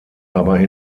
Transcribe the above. aber